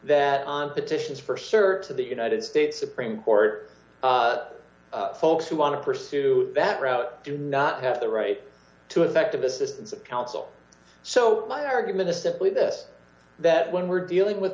that on petitions for search of the united states supreme court folks who want to pursue that route do not have the right to effective assistance of counsel so my argument is simply this that when we're dealing with